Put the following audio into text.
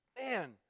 man